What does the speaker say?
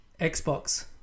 Xbox